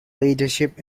leadership